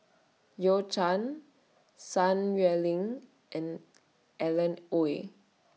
YOU Can Sun yuanling and Alan Oei